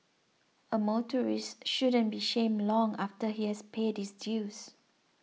a motorist shouldn't be shamed long after he has paid his dues